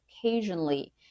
occasionally